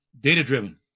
data-driven